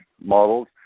models